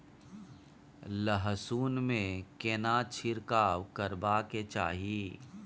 लहसुन में केना छिरकाव करबा के चाही?